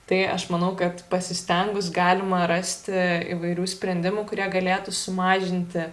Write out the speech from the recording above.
tai aš manau kad pasistengus galima rasti įvairių sprendimų kurie galėtų sumažinti